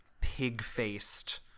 pig-faced